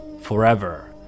forever